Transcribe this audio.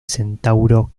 centauro